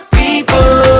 people